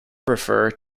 refer